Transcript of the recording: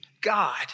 God